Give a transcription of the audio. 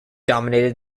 dominated